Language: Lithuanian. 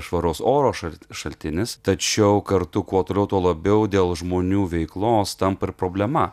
švaraus oro šalt šaltinis tačiau kartu kuo toliau tuo labiau dėl žmonių veiklos tampa ir problema